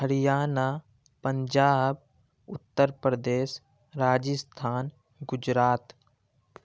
Haryana Punjab Uttar Pradesh Rajasthan Gujarat